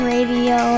Radio